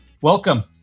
Welcome